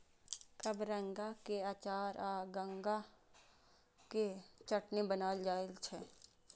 कबरंगा के अचार आ गंगा के चटनी बनाएल जाइ छै